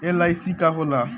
LIC का होला?